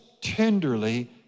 tenderly